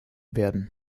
werden